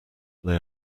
they